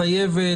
מחייבת.